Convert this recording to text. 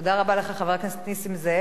תודה רבה לך, חבר הכנסת נסים זאב.